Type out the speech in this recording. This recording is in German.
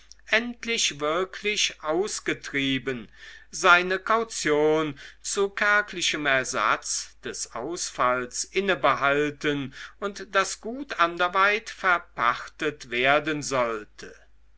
endlich wirklich ausgetrieben seine kaution zu kärglichem ersatz des ausfalls innebehalten und das gut anderweit verpachtet werden sollte